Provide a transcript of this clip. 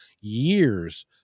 years